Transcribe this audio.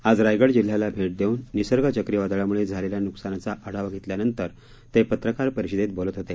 आज रायगड जिल्ह्याला भेट देऊन निसर्ग चक्रीवादळामुळे झालेल्या नुकसानाचा आढावा घेतल्यानंतर ते पत्रकार परिषदेत बोलत होते